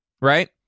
right